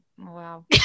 wow